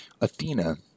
Athena